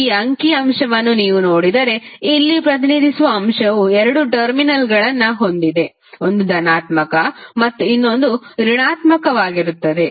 ಈ ಅಂಕಿ ಅಂಶವನ್ನು ನೀವು ನೋಡಿದರೆ ಇಲ್ಲಿ ಪ್ರತಿನಿಧಿಸುವ ಅಂಶವು ಎರಡು ಟರ್ಮಿನಲ್ಗಳನ್ನುterminals ಹೊಂದಿದೆ ಒಂದು ಧನಾತ್ಮಕ ಮತ್ತು ಇನ್ನೊಂದು ಋಣಾತ್ಮಕವಾಗಿರುತ್ತದೆ